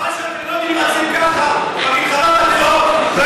חבל שאתם לא מתייחסים ככה למלחמה בטרור.